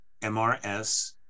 MRS